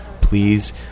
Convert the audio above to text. please